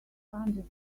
hundred